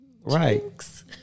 right